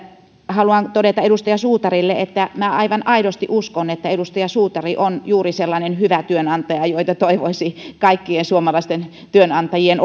haluan todeta edustaja suutarille että minä aivan aidosti uskon että edustaja suutari on juuri sellainen hyvä työnantaja joita toivoisi kaikkien suomalaisten työnantajien